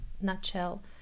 nutshell